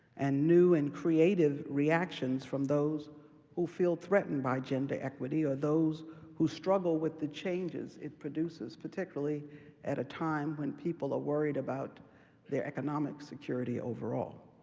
and new and creative reactions from those who feel threatened by gender equity, or those who struggle with the changes it produces, particularly at a time when people are worried about their economic security overall.